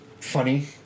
funny